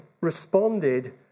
responded